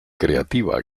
creativa